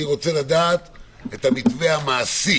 אני רוצה לדעת את המתווה המעשי